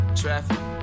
traffic